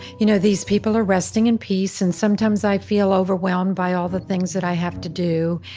you know these people are resting in peace, and sometimes i feel overwhelmed by all the things that i have to do,